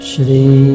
Shri